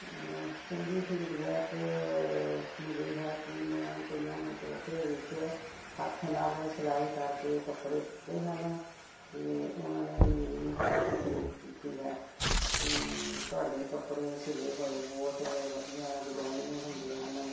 ਚੰਗੀ ਫੀਡਬੈਕ ਮਿਲੀ ਹੈ ਕਿ ਮੈਂ ਕਈਆਂ ਨੂੰ ਤੋਹਫ਼ੇ ਵਿੱਚ ਹੱਥ ਨਾਲ ਸਿਲਾਈ ਕਰਕੇ ਕੱਪੜੇ ਦਿੱਤੇ ਹਨ ਅਤੇ ਉਹਨਾਂ ਨੇ ਮੇਰੀ ਕਾਫ਼ੀ ਤਾਰੀਫ ਕੀਤੀ ਹੈ ਕਿ ਤੁਹਾਡੇ ਕੱਪੜੇ ਅਸੀਂ ਲਏ ਹੋਏ ਬਹੁਤ ਵਧੀਆ ਡਿਜਾਇਨ ਹੁੰਦੇ ਹਨ